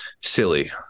silly